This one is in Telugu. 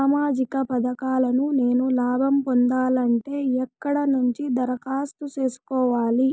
సామాజిక పథకాలను నేను లాభం పొందాలంటే ఎక్కడ నుంచి దరఖాస్తు సేసుకోవాలి?